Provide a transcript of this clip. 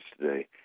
today